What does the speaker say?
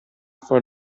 for